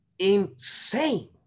Insane